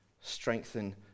strengthen